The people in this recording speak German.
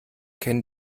kennen